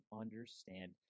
understand